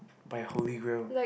by Hologram